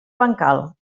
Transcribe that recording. bancal